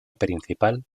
principal